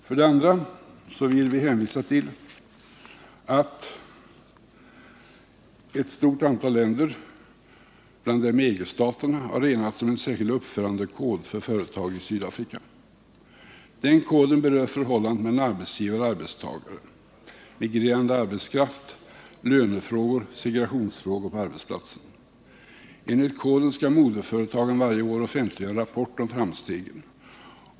För det andra vill vi hänvisa till att ett antal länder, bland dem EG-staterna, har enats om en särskild uppförandekod för företag i Sydafrika. Den berör förhållandet mellan arbetsgivare och arbetstagare, frågor om arbetskraft, lönefrågor och frågor om segregation på arbetsplatserna. Enligt koden skall moderföretagen varje år offentliggöra en rapport om framstegen.